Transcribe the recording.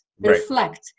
Reflect